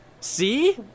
See